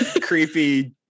creepy